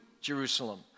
Jerusalem